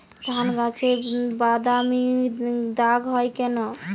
ধানগাছে বাদামী দাগ হয় কেন?